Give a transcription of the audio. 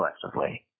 collectively